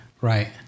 right